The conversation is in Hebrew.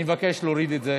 אני מבקש להוריד את זה.